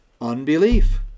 Unbelief